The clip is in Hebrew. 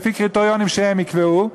לפי קריטריונים שהם יבחרו.